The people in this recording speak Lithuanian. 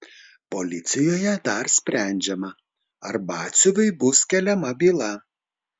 policijoje dar sprendžiama ar batsiuviui bus keliama byla